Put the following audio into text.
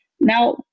Now